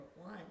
one